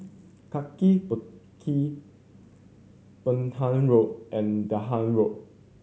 Kaki Bukit Penhas Road and Dahan Road